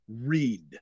read